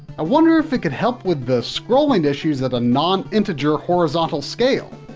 i wonder if it could help with the scrolling issues at a non-integer horizontal scale?